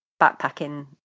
backpacking